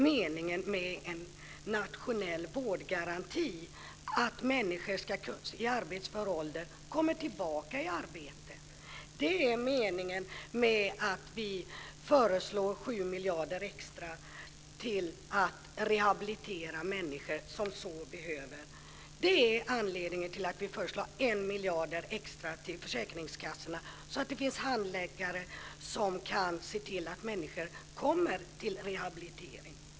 Meningen med en nationell vårdgaranti är att människor i arbetsför ålder ska kunna komma tillbaka i arbete. Det är anledningen till att vi föreslår 7 miljarder extra för att rehabilitera människor som så behöver. Det är anledningen till att vi föreslår 1 miljard extra till försäkringskassorna, så att det finns handläggare som kan se till att människor kommer till rehabilitering.